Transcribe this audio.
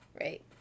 right